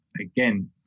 again